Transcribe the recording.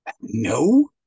No